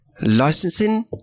Licensing